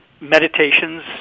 meditations